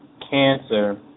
Cancer